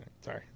sorry